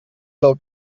del